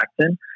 Jackson